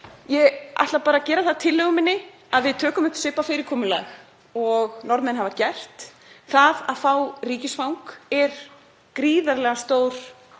Ég ætla að gera það að tillögu minni að við tökum upp svipað fyrirkomulag og Norðmenn hafa gert. Það að fá ríkisfang er gríðarlega stór